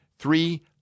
three